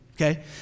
okay